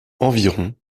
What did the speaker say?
environ